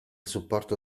supporto